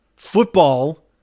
Football